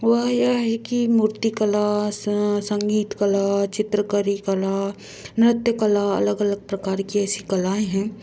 वह यह है की मूर्तिकला स संगीत कला चित्रकारी कला नृत्य कला अलग अलग प्रकार की ऐसी कलाएँ हैं